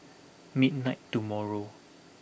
midnight tomorrow